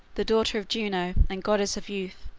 the daughter of juno, and goddess of youth,